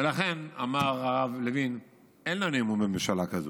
ולכן, אמר הרב לוין: אין לנו אמון בממשלה כזאת.